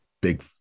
big